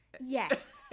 Yes